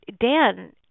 Dan